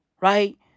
right